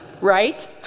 Right